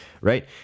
right